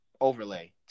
overlay